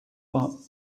but